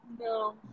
no